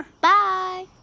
Bye